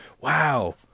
Wow